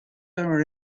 our